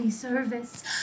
service